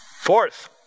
Fourth